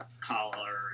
collar